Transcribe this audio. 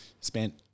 spent